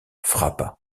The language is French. frappa